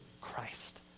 Christ